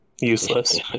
Useless